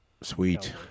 Sweet